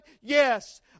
Yes